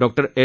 doctor S